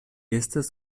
estas